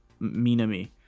Minami